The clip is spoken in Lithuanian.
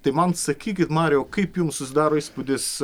tai man sakykit mariau kaip jum susidaro įspūdis